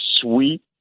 sweet